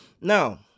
Now